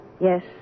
Yes